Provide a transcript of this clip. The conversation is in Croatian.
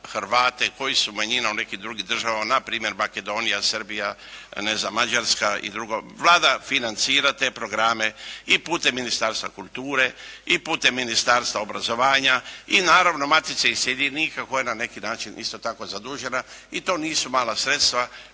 Hrvate koji su manjina u nekim drugim državama npr. Makedonija, Srbija, ne znam Mađarska i drugo. Vlada financira te programe i putem Ministarstva kulture i putem Ministarstva obrazovanja i naravno Matice iseljenika koja je na neki način isto tako zadužena i to nisu mala sredstva.